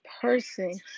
person